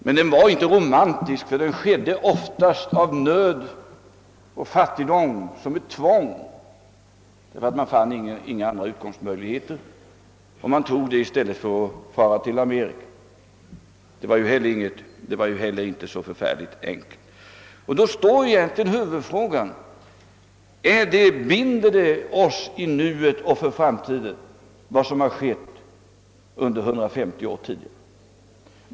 Men den var inte romantisk, ty den skedde oftast på grund av nöd och fattigdom, som ett tvång därför att man inte fann några andra utkomstmöjligheter — man flyttade dit i stället för att fara till Amerika. Huvudfrågan är nu: Binder det oss i nuet och för framtiden vad som skedde för 150 år sedan?